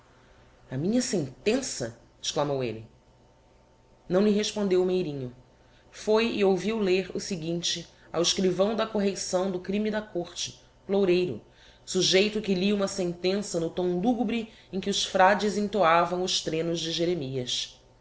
a minha sentença exclamou elle não lhe respondeu o meirinho foi e ouviu lêr o seguinte ao escrivão da correição do crime da côrte loureiro sujeito que lia uma sentença no tom lugubre em que os frades entoavam os threnos de jeremias